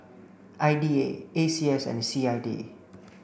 I D A A C S and C I D